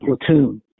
platoon